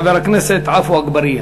חבר הכנסת עפו אגבאריה.